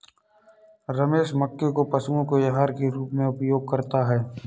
रमेश मक्के को पशुओं के आहार के रूप में उपयोग करता है